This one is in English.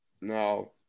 No